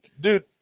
dude